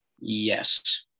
Yes